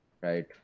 Right